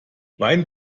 wein